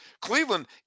Cleveland